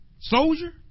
soldier